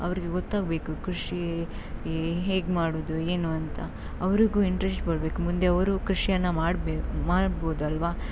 ಅವ್ರಿಗೆ ಗೊತ್ತಾಗಬೇಕು ಕೃಷಿ ಹೇಗೆ ಮಾಡೋದು ಏನು ಅಂತ ಅವ್ರಿಗೂ ಇಂಟ್ರೆಸ್ಟ್ ಬರಬೇಕು ಮುಂದೆ ಅವರು ಕೃಷಿಯನ್ನು ಮಾಡ್ಬೇ ಮಾಡ್ಬೌದಲ್ವಾ